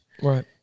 Right